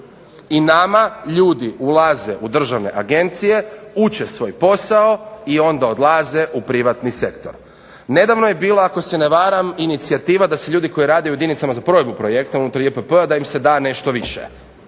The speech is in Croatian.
I nama ljudi ulaze u državne agencije, uče svoj posao i onda odlaze u privatni sektor. Nedavno je bila ako se ne varam inicijativa da se ljudi koji rade u jedinicama za provedbu projekta unutar JPP-a da im se da nešto više.